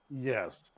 Yes